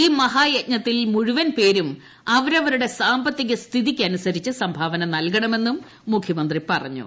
ഈ മഹായജ്ഞത്തിൽ മുഴുവൻ പേരും അവരവരുടെ സാമ്പത്തിക സ്ഥിതിക്കനുസരിച്ച് സംഭാവന നൽകണമെന്നും മുഖ്യമന്ത്രി പറഞ്ഞു